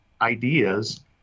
ideas